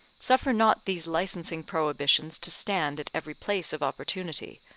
suffer not these licensing prohibitions to stand at every place of opportunity,